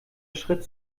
schritt